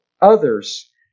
others